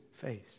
face